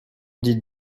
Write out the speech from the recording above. dit